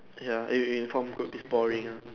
!aiya! uniform group is boring ah